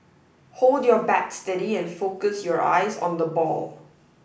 hold your bat steady and focus your eyes on the ball